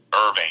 Irving